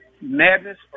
madness